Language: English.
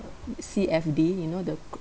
C_F_D you know the